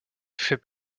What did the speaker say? fait